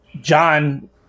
John